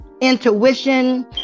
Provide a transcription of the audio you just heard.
intuition